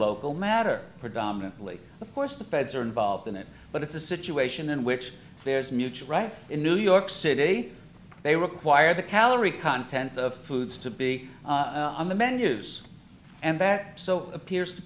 local matter predominantly of course the feds are involved in it but it's a situation in which there is mutual right in new york city they require the calorie content of foods to be on the menus and that so appears to